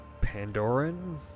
pandoran